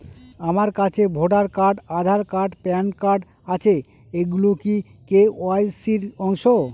আমার কাছে voter card Aadhaar card PAN card আছে এগুলো কি কে.ওয়াই.সি র অংশ?